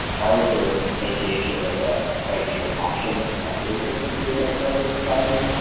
ours are in association with a a twice a year auction that's a fundraiser for the green bay aquarium society,